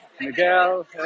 Miguel